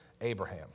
Abraham